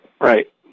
right